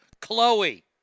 Chloe